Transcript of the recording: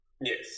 Yes